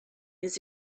his